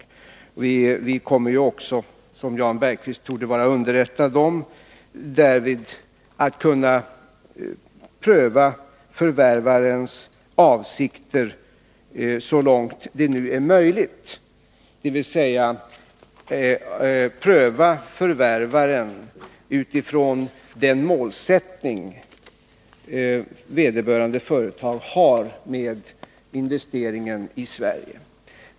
Vi kommer också, som Jan Bergqvist torde vara underrättad om, att därvid kunna pröva förvärvarens avsikter så långt det nu är möjligt, dvs. pröva förvärvaren utifrån den målsättning vederbörande företag har med investeringen i Sverige.